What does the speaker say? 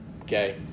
Okay